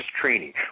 training